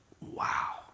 Wow